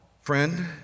friend